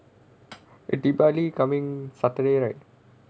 eh diwali coming saturday right